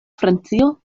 francio